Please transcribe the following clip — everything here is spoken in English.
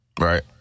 Right